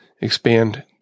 expand